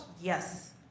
Yes